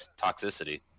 toxicity